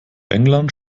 england